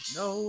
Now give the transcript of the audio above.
no